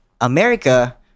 America